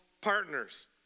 partners